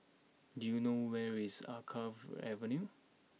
do you know where is Alkaff Avenue